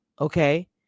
okay